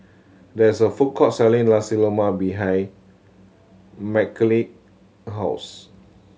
there is a food court selling Nasi Lemak behind house